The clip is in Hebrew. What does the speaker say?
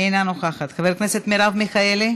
אינה נוכחת, חברת הכנסת מרב מיכאלי,